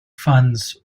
funds